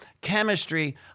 chemistry